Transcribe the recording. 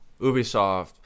ubisoft